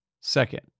Second